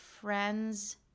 friend's